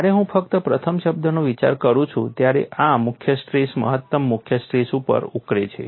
જ્યારે હું ફક્ત પ્રથમ શબ્દનો વિચાર કરું છું ત્યારે આ મુખ્ય સ્ટ્રેસ મહત્તમ મુખ્ય સ્ટ્રેસ ઉપર ઉકળે છે